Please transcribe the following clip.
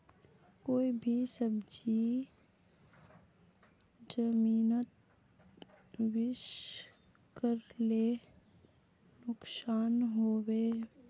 कोई भी सब्जी जमिनोत बीस मरले नुकसान होबे?